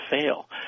fail